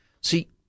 See